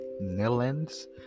Netherlands